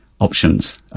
options